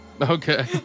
Okay